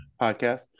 podcast